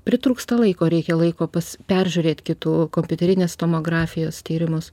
pritrūksta laiko reikia laiko pas peržiūrėt kitų kompiuterinės tomografijos tyrimus